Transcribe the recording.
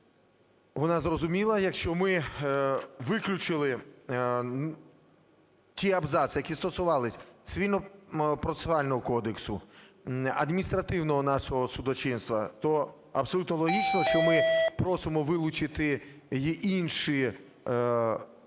вона зрозуміла. Якщо ми виключили ті абзаци, які стосувалися Цивільного процесуального кодексу, адміністративного нашого судочинства, то абсолютно логічно, що ми просимо вилучити, є інші абзаци